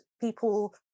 people